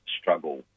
struggle